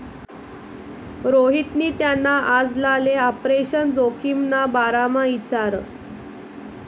रोहितनी त्याना आजलाले आपरेशन जोखिमना बारामा इचारं